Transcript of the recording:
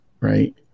Right